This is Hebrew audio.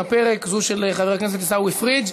הפרק: זו של חבר הכנסת עיסאווי פריג',